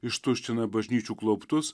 ištuština bažnyčių klauptus